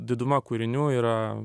diduma kūrinių yra